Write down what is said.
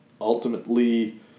ultimately